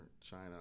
China